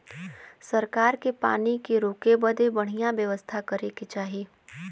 सरकार के पानी के रोके बदे बढ़िया व्यवस्था करे के चाही